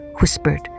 whispered